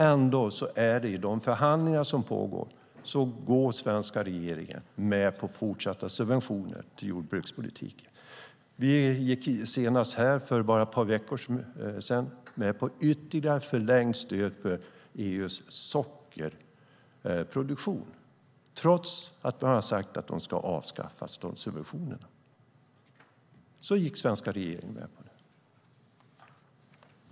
Ändå går svenska regeringen i de pågående förhandlingarna med på fortsatta subventioner till jordbrukspolitiken. Vi gick senast för ett par veckor sedan med på förlängt stöd till EU:s sockerproduktion, trots att man har sagt att de subventionerna ska avskaffas.